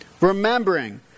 Remembering